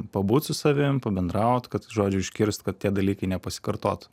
pabūt su savim pabendraut kad žodžiu užkirst kad tie dalykai nepasikartotų